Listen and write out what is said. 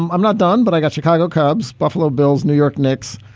i'm i'm not done, but i got chicago cubs, buffalo bills, new york knicks,